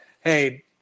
hey